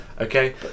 okay